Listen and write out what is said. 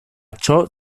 ciò